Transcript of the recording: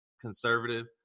conservative